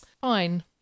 Fine